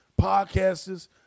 podcasters